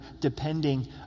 depending